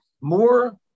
More